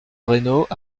reynaud